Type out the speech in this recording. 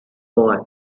boy